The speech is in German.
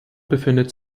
befindet